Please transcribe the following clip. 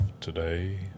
today